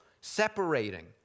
separating